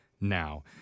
now